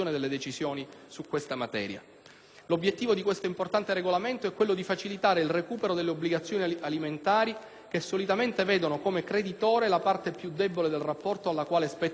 L'obiettivo di questo importante regolamento è quello di facilitare il recupero delle obbligazioni alimentari che, solitamente, vedono come creditore la parte più debole del rapporto alla quale spetta il mantenimento.